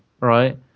right